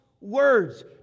words